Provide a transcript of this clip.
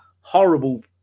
horrible